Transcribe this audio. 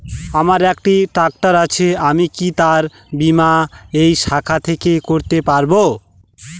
আমার একটি ট্র্যাক্টর আছে আমি কি তার বীমা এই শাখা থেকে করতে পারব?